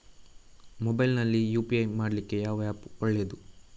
Mobile ನಲ್ಲಿ UPI ಮಾಡ್ಲಿಕ್ಕೆ ಯಾವ ಆ್ಯಪ್ ಒಳ್ಳೇದು?